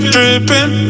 Dripping